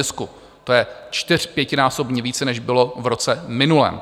To je čtyř, pětinásobně více, než bylo v roce minulém.